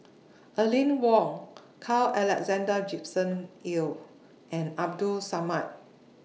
Aline Wong Carl Alexander Gibson Hill and Abdul Samad